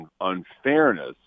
unfairness